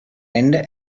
ende